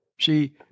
See